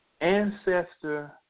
Ancestor